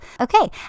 okay